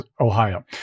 Ohio